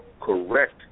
correct